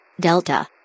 Delta